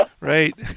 right